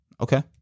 Okay